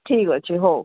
ଠିକ୍ ଅଛି ହଉ